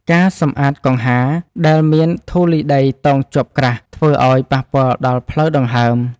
ការសម្អាតកង្ហារដែលមានធូលីដីតោងជាប់ក្រាស់ ធ្វើឱ្យប៉ះពាល់ដល់ផ្លូវដង្ហើម។